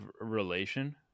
relation